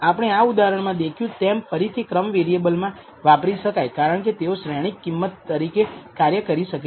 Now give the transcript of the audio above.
આપણે આ ઉદાહરણમાં દેખ્યું તેમ ફરીથી ક્રમ વેરીએબલ મા વાપરી શકાય કારણકે તેઓ શ્રેણિક કિંમત તરીકે કાર્ય કરી શકે છે